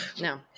No